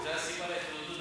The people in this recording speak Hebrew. זו הסיבה, אז